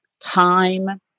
time